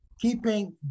keeping